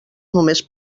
només